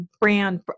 brand